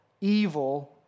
evil